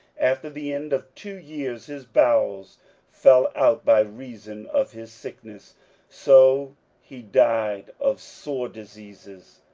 after the end of two years, his bowels fell out by reason of his sickness so he died of sore diseases.